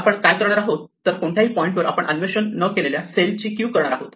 आपण काय करणार आहोत तर कोणत्याही पॉईंटवर आपण अन्वेषण न केलेल्या सेल ची क्यू करणार आहोत